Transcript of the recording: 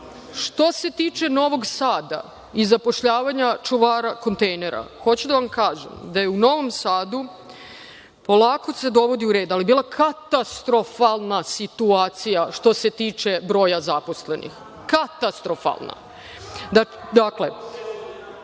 se tiče Novog Sada i zapošljavanja čuvara kontejnera, hoću da vam kažem da se u Novom Sadu polako dovodi u red, ali je bila katastrofalna situacija što se tiče broja zaposlenih. Dakle,